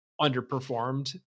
underperformed